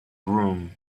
groom